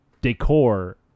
decor